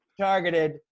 targeted